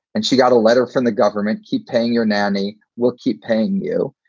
and she got a letter from the government, keep paying your nanny. we'll keep paying you.